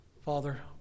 Father